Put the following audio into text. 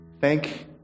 Thank